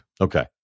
Okay